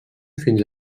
fins